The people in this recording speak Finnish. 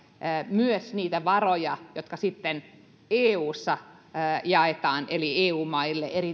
myös niitä varoja jotka sitten eussa jaetaan eli eu maille